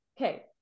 Okay